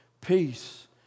Peace